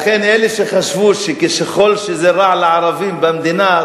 לכן אלה שחשבו שככל שרע לערבים במדינה,